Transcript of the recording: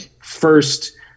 first